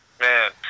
Man